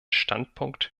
standpunkt